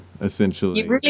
essentially